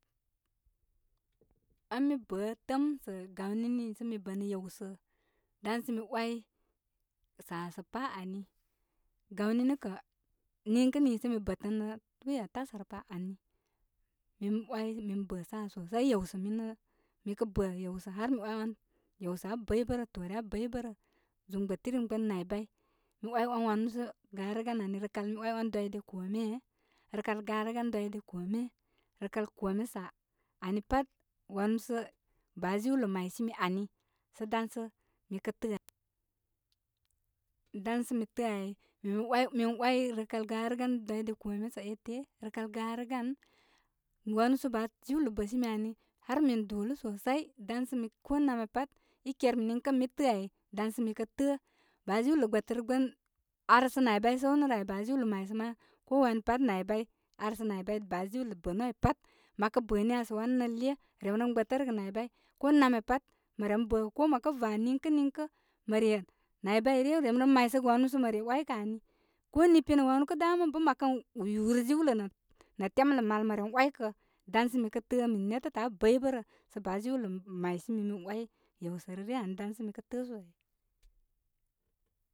Ən mi bə' təəm sə' gawni nii sə mi bənə yewsə' dansə' mi wai sa sə pa ani. Gawni nə kə' niŋkə nii sə mi bətənə tuya tasha rə pa ani. Min wai min bə sa sosai. Yewsə minə, mi kə' bə' yewsə', har mi wai wan yewsə' abəybə'bərə toore abəybə'bərə. Zum gbətirimi gbən naybay mi wai wan wanu sə garəgan ani. Rəkal mi wai wan dwide kome. Rəkal garəgan dwide kome. Rəkal kome sa. Ani pat wanu sə baajiwlə maysimi ani. Sə dan sə mi kə təə ai dan sə mi təə ai. Min mi wai, min wai rəkal garəgan dwide kome sa ete, rəkal garəgan. Wanu sə baajiwlo bəsimi ani. Har min dolu sosai dan sə mi ko namya pat i ker mi niŋkə' mi tə'ə' ai. Dan sə mi kə' tə'ə. Baajiwlə gbətərəgbən ar sə naybay səwnə rə ai. Baajiwlə maysə man ko wan ya pat naybay ar sə nay bay baajiwlə bə nu ai pat, mə kə' bə niya sə wan nɨle, remren gbətərəgə naybay. Ko namya pat məren bə ko mə kə va niŋkə', niŋkə ren maysəgə wanu sə mə re wai kər ani. Ko nipinya wanu kə' daməm bə' məkən yurə jiwlə nə' temlə mal mə ren wai kə. Dan sə mi kə tə'ə' min netətə' abəybəbərə sə baajiwlə maysimi mi wai yewsəvə ani dan sə mi kə tə'ə.